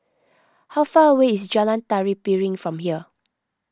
how far away is Jalan Tari Piring from here